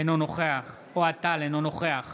אינו נוכח אוהד טל, אינו נוכח